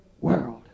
world